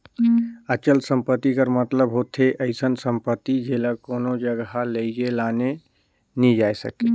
अचल संपत्ति कर मतलब होथे अइसन सम्पति जेला कोनो जगहा लेइजे लाने नी जाए सके